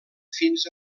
fins